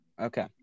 Okay